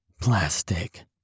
plastic